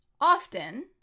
often